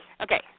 Okay